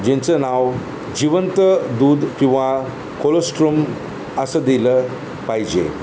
ज्यांचं नाव जिवंत दूध किंवा कोलेस्ट्रोम असं दिलं पाहिजे